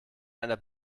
einer